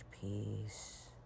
peace